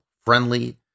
friendly